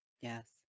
Yes